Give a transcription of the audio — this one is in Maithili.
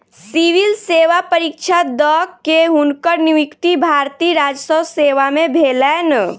सिविल सेवा परीक्षा द के, हुनकर नियुक्ति भारतीय राजस्व सेवा में भेलैन